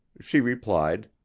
she replied,